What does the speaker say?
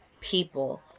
people